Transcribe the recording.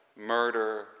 murder